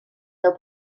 deu